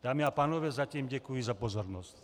Dámy a pánové, zatím děkuji za pozornost.